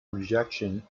rejection